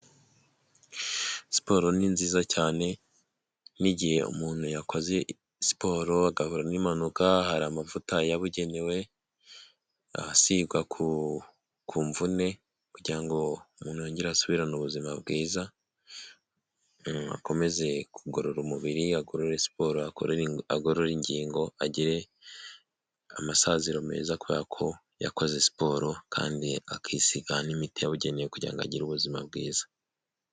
Siporo ni nziza cyane nigihe umuntu yakoze siporo agahura n'impanuka hari amavuta yabugenewe ahasigwa ku mvune kugira ngo umuntu yongera asubirane ubuzima bwiza akomeze kugorora umubiri agorora siporo akora agorora ingingo agire amasaziro meza kubera ko yakoze siporo kandi akisigagana n'imiti yabugeneye kugira ngo agire ubuzima bwiza.